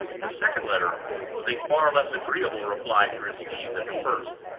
the second letter was a far less agreeable reply to receive than the first.